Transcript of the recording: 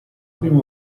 prima